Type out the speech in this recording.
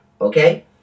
okay